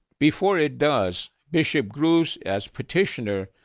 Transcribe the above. before it does, bishop gruss as petitioner,